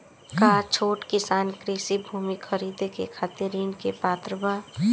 का छोट किसान कृषि भूमि खरीदे के खातिर ऋण के पात्र बा?